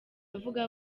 avuga